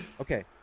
okay